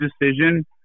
decision